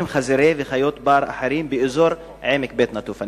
חזירי בר וחיות בר אחרות באזור עמק בית-נטופה?